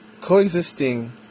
Coexisting